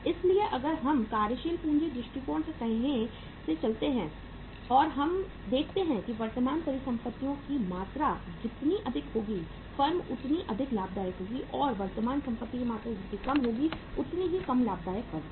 इसलिए अगर हम कार्यशील पूंजी दृष्टिकोण के कहे से चलते हैं और हम देखते हैं कि वर्तमान परिसंपत्तियों की मात्रा जितनी अधिक होगी फर्म उतनी ही अधिक लाभदायक होगी और वर्तमान संपत्ति की मात्रा जितनी कम होगी उतनी ही कम लाभदायक फर्म होगी